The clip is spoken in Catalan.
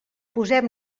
posem